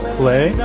play